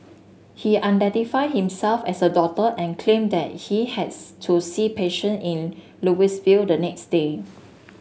he identified himself as a doctor and claimed that he has to see patient in Louisville the next day